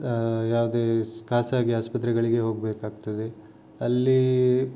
ಯಾವುದೇ ಖಾಸಗಿ ಆಸ್ಪತ್ರೆಗಳಿಗೆ ಹೋಗಬೇಕಾಗ್ತದೆ ಅಲ್ಲಿ